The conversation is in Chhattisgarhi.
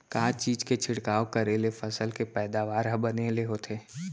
का चीज के छिड़काव करें ले फसल के पैदावार ह बने ले होथे?